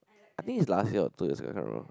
I think is last year or two years if I am not wrong